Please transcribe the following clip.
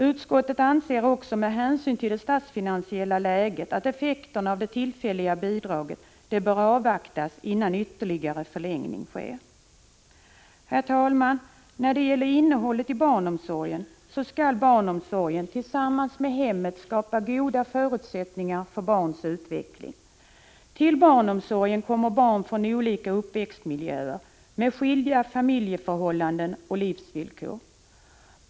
Utskot tet anser också, med hänsyn till det statsfinansiella läget, att effekterna av det tillfälliga bidraget bör avvaktas innan ytterligare förlängning sker. Herr talman! Barnomsorgens innehåll skall vara så utformat att man tillsammans med hemmet skall skapa goda förutsättningar för barns utveckling. Till barnomsorgen kommer barn från olika uppväxtmiljöer, med skilda familjeförhållanden och livsvillkor.